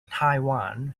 taiwan